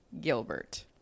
Gilbert